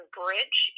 bridge